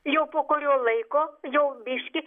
jau po kurio laiko jau biškį